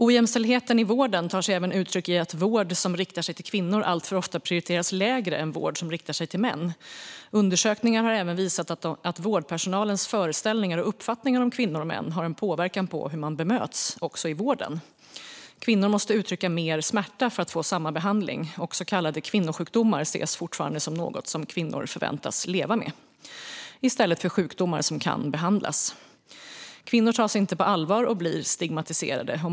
Ojämställdheten i vården tar sig även uttryck i att vård som riktar sig till kvinnor alltför ofta prioriteras lägre än vård som riktar sig till män. Undersökningar har även visat att vårdpersonalens föreställningar och uppfattningar om kvinnor och män har en påverkan på hur de bemöts i vården. Kvinnor måste uttrycka mer smärta för att få samma behandling, och så kallade kvinnosjukdomar ses fortfarande som något som kvinnor förväntas leva med i stället för sjukdomar som kan behandlas. Kvinnor tas alltså inte på allvar och blir stigmatiserade.